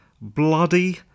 bloody